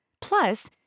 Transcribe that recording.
Plus